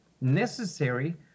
necessary